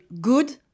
good